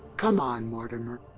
come on, mortimer.